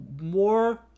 More